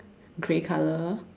grey color